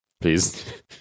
please